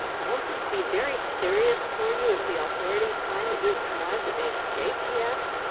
won't this be very serious for you, if the authorities find that you have connived at the escape? she asked.